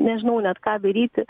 nežinau net ką daryti